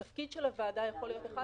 התפקיד של הוועדה יכול להיות אחד משניים